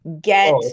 get